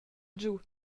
giu